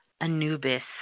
Anubis